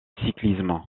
cyclisme